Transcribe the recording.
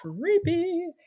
creepy